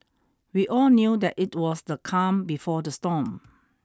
we all knew that it was the calm before the storm